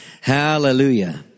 Hallelujah